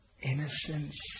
innocence